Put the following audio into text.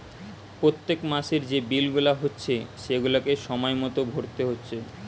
পোত্তেক মাসের যে বিল গুলা হচ্ছে সেগুলাকে সময় মতো ভোরতে হচ্ছে